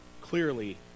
clearly